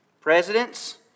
Presidents